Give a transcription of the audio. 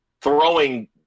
throwing